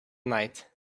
night